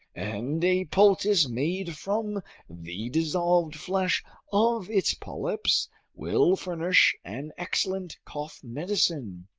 and a poultice made from the dissolved flesh of its polyps will furnish an excellent cough medicine.